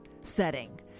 setting